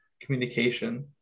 communication